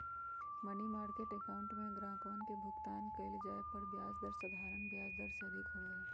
money market account में ग्राहकवन के भुगतान कइल जाये पर ब्याज दर साधारण ब्याज दर से अधिक होबा हई